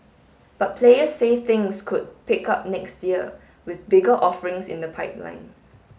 but players say things could pick up next year with bigger offerings in the pipeline